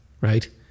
right